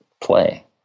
play